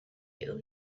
you